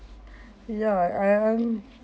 ya I I'm